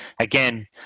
again